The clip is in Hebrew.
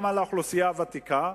גם על האוכלוסייה הוותיקה,